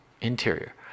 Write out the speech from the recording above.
Interior